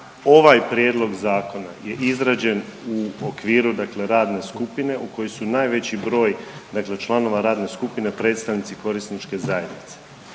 Ovaj prijedlog zakona je izrađen u okviru, dakle radne skupine u kojoj su najveći broj članova radne skupine predstavnici korisničke zajednice.